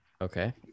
Okay